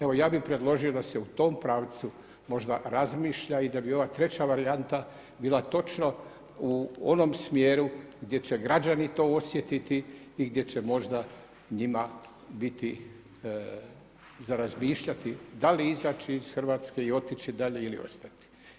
Evo ja bih predložio da se u tom pravcu možda razmišlja i da bi ova treća varijanta bila točno u onom smjeru gdje će građani to osjetiti i gdje će možda njima biti za razmišljati da li izaći iz Hrvatske i otići dalje ili ostati.